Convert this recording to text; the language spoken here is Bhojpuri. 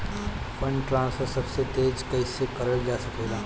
फंडट्रांसफर सबसे तेज कइसे करल जा सकेला?